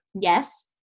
yes